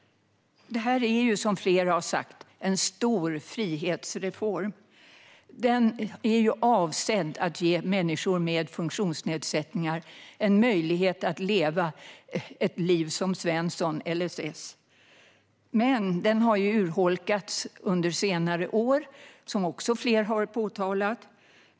Det här är, som flera har sagt, en stor frihetsreform. Den är avsedd att ge människor med funktionsnedsättningar möjlighet att leva ett liv som Svensson - LSS. Men den har urholkats under senare år, som flera också har påtalat.